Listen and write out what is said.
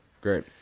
Great